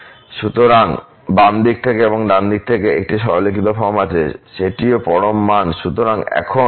আমাদের আছে অনুরূপ টার্ম বাম দিকে কিন্তু ডানদিকে একটি সরলীকৃত ফর্ম আছে সেটিও পরম মান সহ